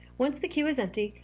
once the queue is empty,